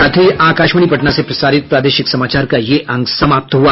इसके साथ ही आकाशवाणी पटना से प्रसारित प्रादेशिक समाचार का ये अंक समाप्त हुआ